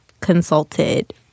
consulted